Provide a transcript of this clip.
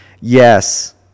Yes